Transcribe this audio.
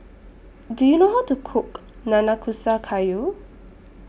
Do YOU know How to Cook Nanakusa Gayu